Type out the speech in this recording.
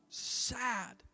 sad